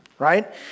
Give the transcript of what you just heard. right